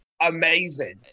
amazing